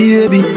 Baby